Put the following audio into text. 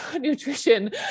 nutrition